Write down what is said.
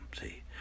See